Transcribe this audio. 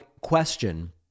question